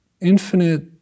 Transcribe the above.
infinite